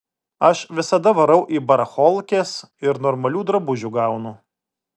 aš visada varau į baracholkes ir normalių drabužių gaunu